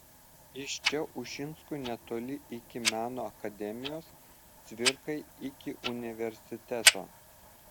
iš čia ušinskui netoli iki meno akademijos cvirkai iki universiteto